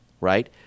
Right